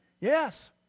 Yes